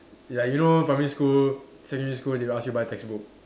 like you know primary school secondary school they will ask you buy textbook